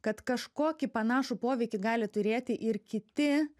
kad kažkokį panašų poveikį gali turėti ir kiti